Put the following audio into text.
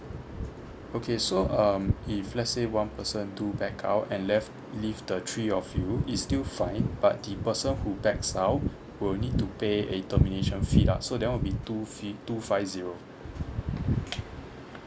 okay so um if lets say one person do back out and left leave the three of you is still fine but the person who backs out will need to pay a termination fee lah so that one will be two fee two five zero